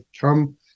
come